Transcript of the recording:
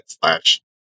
slash